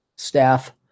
Staff